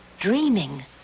Dreaming